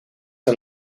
een